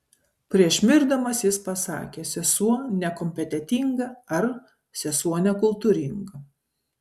prieš mirdamas jis pasakė sesuo nekompetentinga ar sesuo nekultūringa